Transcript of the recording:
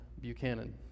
Buchanan